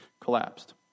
collapsed